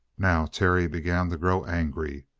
now, terry began to grow angry.